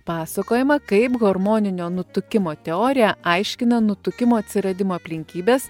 pasakojama kaip harmoninio nutukimo teorija aiškina nutukimo atsiradimo aplinkybes